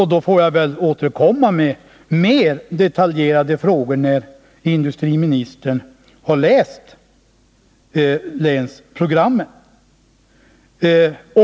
Jag får väl återkomma med mer Fredagen den detaljerade frågor, när industriministern läst länsprogrammet.